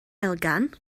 elgan